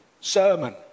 sermon